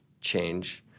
change